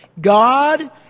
God